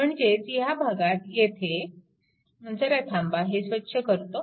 म्हणजेच ह्या भागात येथे जरा थांबा हे स्वच्छ करतो